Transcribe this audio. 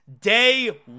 Day